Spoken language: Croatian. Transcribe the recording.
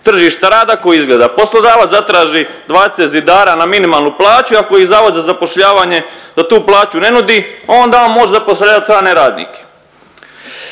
tržišta rada koji izgleda, poslodavac zatraži 20 zidara na minimalnu plaću i ako ih zavod za zapošljavanje za tu plaću ne nudi onda on može zapošljavat strane radnike.